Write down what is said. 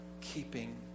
keeping